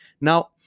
Now